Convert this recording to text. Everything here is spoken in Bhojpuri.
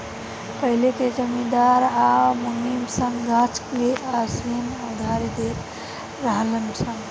पहिले के जमींदार आ मुनीम सन गाछ मे अयीसन उधारी देत रहलन सन